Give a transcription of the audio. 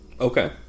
Okay